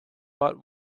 but